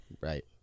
Right